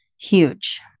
huge